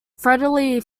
federally